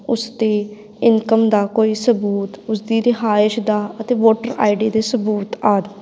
ਉਸ ਦੇ ਇਨਕਮ ਦਾ ਕੋਈ ਸਬੂਤ ਉਸਦੀ ਰਿਹਾਇਸ਼ ਦਾ ਅਤੇ ਵੋਟਰ ਆਈ ਡੀ ਦੇ ਸਬੂਤ ਆਦਿ